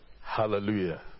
Hallelujah